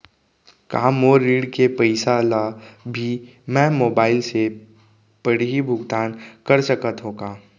का मोर ऋण के पइसा ल भी मैं मोबाइल से पड़ही भुगतान कर सकत हो का?